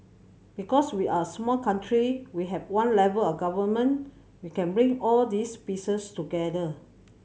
because we're a small country we have one level of Government we can bring all these pieces together